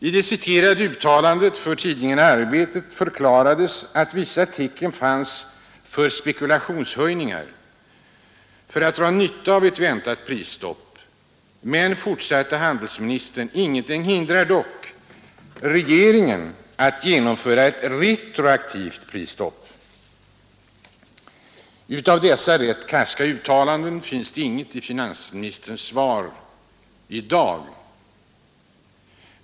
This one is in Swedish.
I det citerade uttalandet för tidningen Arbetet förklarades att vissa tecken fanns på spekulationshöjningar för att dra nytta av ett väntat pPrisstopp. Men, fortsatte handelsministern, ingenting hindrar regeringen att genomföra ett retroaktivt prisstopp. Av dessa rätt karska uttalanden finns inget i finansministerns svar i dag.